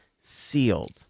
sealed